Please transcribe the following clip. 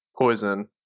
poison